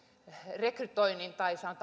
rekrytoinnin